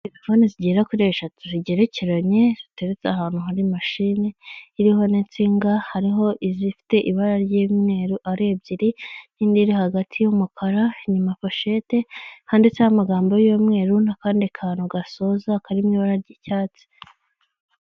Telefoni zigera kuri eshatu zigerekeranye ziteretse ahantu hari mashine iriho n'insinga, hariho izifite ibara ry'umweru ari ebyiri n’indi iri hagati y'umukara, inyuma poshete handitseho amagambo y'umweru n'akandi kantu gasoza kari mu ibara ry'icyatsi.